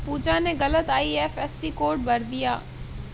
पूजा ने गलत IFSC code भर दिया